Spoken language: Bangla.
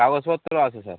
কাগজপত্র আছে স্যার